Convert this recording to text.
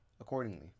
accordingly